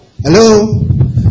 Hello